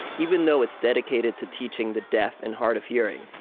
even though it's dedicated to teaching the deaf and hard of hearing.